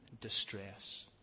distress